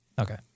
Okay